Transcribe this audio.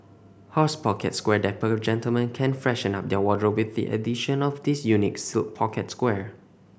horse pocket square Dapper gentlemen can freshen up their wardrobe with the addition of this unique silk pocket square